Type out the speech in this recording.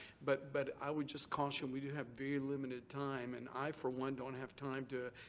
but but i would just caution, we do have very limited time and i for one don't have time to,